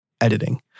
editing